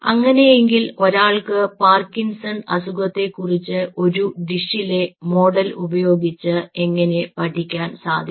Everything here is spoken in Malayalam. അങ്ങനെയെങ്കിൽ ഒരാൾക്ക് പാർക്കിൻസൺ അസുഖത്തെക്കുറിച്ച് ഒരു ഡിഷിലെ മോഡൽ ഉപയോഗിച്ച് എങ്ങിനെ പഠിക്കാൻ സാധിക്കും